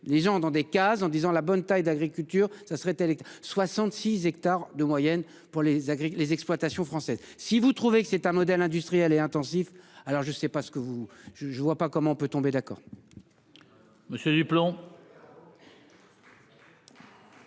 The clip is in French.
les gens dans des cases en disant la bonne taille d'agriculture ça serait 66 hectares de moyenne pour les les exploitations françaises. Si vous trouvez que c'est un modèle industriel et intensif. Alors je sais pas ce que vous je, je ne vois pas comment on peut tomber d'accord. Monsieur du plomb.